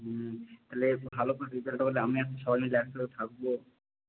তাহলে ভালো করে রেজাল্টটা হলে আমি আর তুই সবাই একসাথে থাকবো